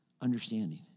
understanding